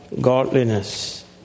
godliness